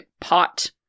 pot